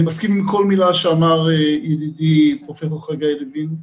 אני מסכים עם כל מילה שאמר ידידי פרופ' חגי לוין,